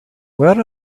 where